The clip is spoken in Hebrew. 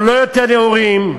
אנחנו לא יותר נאורים,